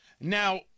now